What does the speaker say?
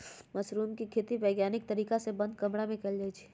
mushroom के खेती वैज्ञानिक तरीका से बंद कमरा में कएल जाई छई